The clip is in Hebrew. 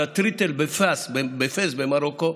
על התריתל בפאס, במרוקו,